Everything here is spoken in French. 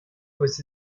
aux